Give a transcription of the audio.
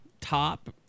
top –